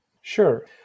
Sure